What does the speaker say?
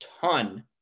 ton